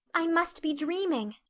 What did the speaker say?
i must be dreaming.